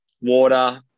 water